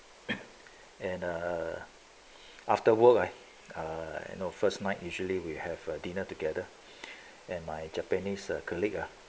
and err after work err I know first might easily we have dinner together and my japanese colleague ah